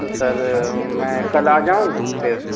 تو سر میں کل آ جاؤں پھر